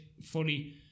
fully